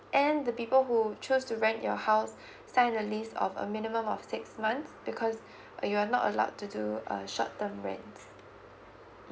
and the people who choose to rent your house sign a lease of a minimum of six month because you are not allowed to do a short term rents